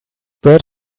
bird